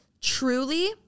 truly